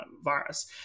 virus